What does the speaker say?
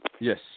Yes